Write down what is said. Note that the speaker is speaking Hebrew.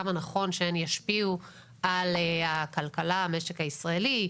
כמה נכון שהן ישפיעו על הכלכלה, המשק הישראלי.